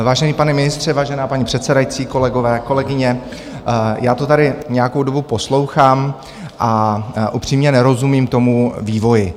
Vážený pane ministře, vážená paní předsedající, kolegové, kolegyně, já to tady nějakou dobu poslouchám a upřímně nerozumím tomu vývoji.